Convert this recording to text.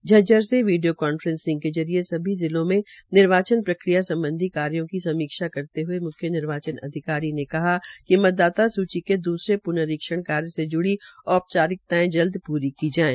झज्जर से video conferencing के जरिये सभी जिलों में निर्वाचन प्रक्रिया सम्बधी कार्यो की समीक्षा करते हये मुख्य निर्वाचन अधिकारी कहा कि मतदाता सूची के द्सरे प्नरीक्षण कार्य से ज्ड़ी औचारिरक्तायें जल्द प्री की जाये